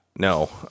No